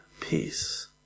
peace